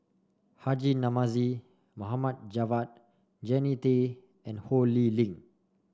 Haji Namazie Mohd Javad Jannie Tay and Ho Lee Ling